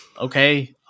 okay